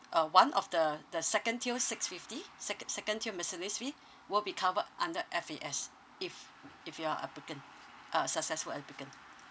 uh one of the the second tier six fifty second second tier miscellaneous fee will be covered under F_A_S if if you are applicant uh successful applicant